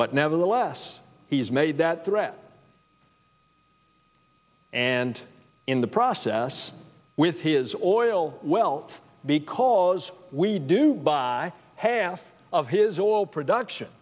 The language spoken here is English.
but nevertheless he's made that threat and in the process with his oil wealth because we do buy half of his oil production